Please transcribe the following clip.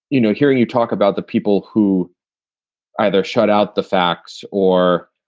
you know, hearing you talk about the people who either shut out the facts or.